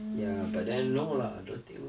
ya but then no lah I don't think